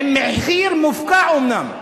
עם מחיר מופקע אומנם,